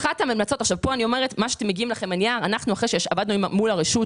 ואחרי שעבדנו צמוד עם הרשות,